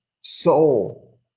soul